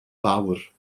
fawr